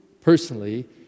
personally